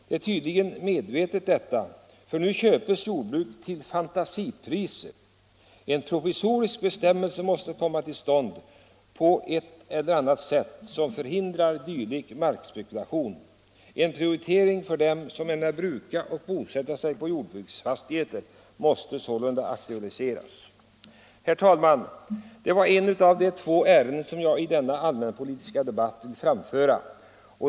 Det är tydligen medvetet detta, för nu köps jordbruk till fantasipriser. En provisorisk bestämmelse måste komma till stånd på ett eller annat sätt som förhindrar dylik markspekulation. En prioritering för dem som ämnar bruka och bosätta sig på jordbruksfastigheter måste sålunda aktualiseras. Herr talman! Det var ett av de två ärenden som jag i denna allmänpolitiska debatt vill framföra.